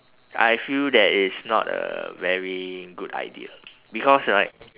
I feel that it's not a very good idea because right